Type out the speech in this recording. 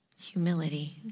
Humility